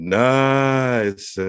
nice